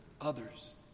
others